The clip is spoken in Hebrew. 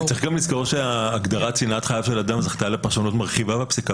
צריך גם לזכור שההגדרה "צנעת חייו של אדם" זכתה לפרשנות מרחיבה בפסיקה,